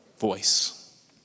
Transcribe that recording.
voice